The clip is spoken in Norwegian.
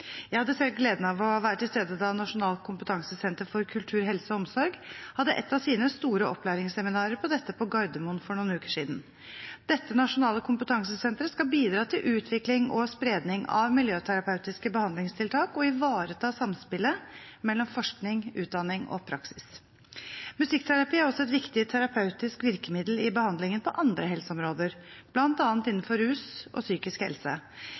Jeg hadde selv gleden av å være til stede da Nasjonalt kompetansesenter for kultur, helse og omsorg hadde ett av sine store opplæringsseminarer om dette på Gardermoen for noen uker siden. Dette nasjonale kompetansesenteret skal bidra til utvikling og spredning av miljøterapeutiske behandlingstiltak og ivareta samspillet mellom forskning, utdanning og praksis. Musikkterapi er også et viktig terapeutisk virkemiddel i behandlingen på andre helseområder, bl.a. innenfor rus og psykisk helse.